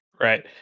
Right